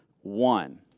one